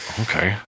Okay